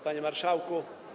Panie Marszałku!